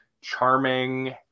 charming